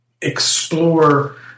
explore